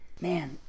man